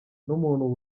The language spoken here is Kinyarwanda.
n’umuntu